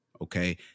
Okay